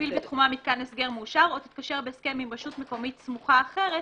תפעיל בתחומה מתקן הסגר מאושר או תתקשר בהסכם עם רשות מקומית סמוכה אחרת